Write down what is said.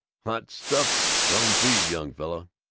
hot stuff! some feed, young fella!